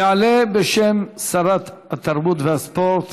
יעלה בשם שרת התרבות והספורט